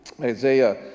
isaiah